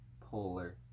Polar